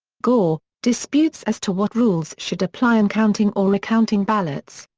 gore, disputes as to what rules should apply in counting or recounting ballots.